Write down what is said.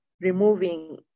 removing